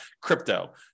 crypto